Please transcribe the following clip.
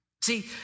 see